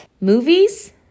Movies